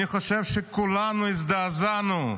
אני חושב שכולנו הזדעזענו,